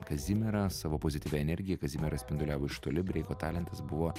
kazimierą savo pozityvią energiją kazimieras spinduliavo iš toli breiko talentas buvo